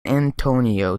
antonio